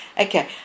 okay